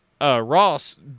Ross